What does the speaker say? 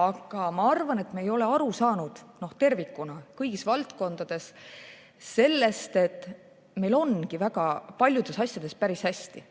Aga ma arvan, et me ei ole aru saanud tervikuna kõigis valdkondades sellest, et meil ongi väga paljud asjad päris hästi.